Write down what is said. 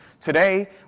Today